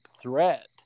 threat